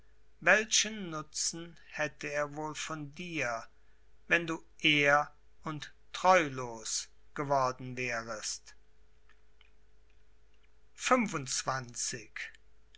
welchen nutzen hätte er wohl von dir wenn du ehr und treulos geworden wärest